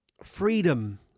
freedom